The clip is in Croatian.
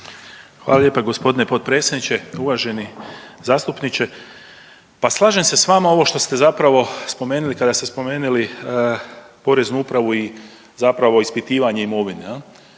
Hvala lijepa gospodine potpredsjedniče, uvaženi zastupniče. Pa slažem se sa vama ovo što ste zapravo spomenuli kada ste spomenuli Poreznu upravu i zapravo ispitivanje imovine.